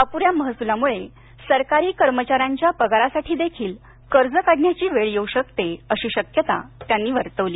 अपुऱ्या महसुलामुळं सरकारी कर्मचाऱ्यांच्या पगारासाठी देखील कर्ज काढण्याची वेळ येऊ शकते अशी शक्यता त्यांनी वर्तवली